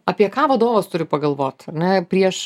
apie ką vadovas turi pagalvot ar ne prieš